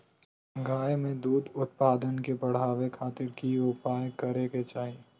गाय में दूध उत्पादन के बढ़ावे खातिर की उपाय करें कि चाही?